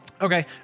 Okay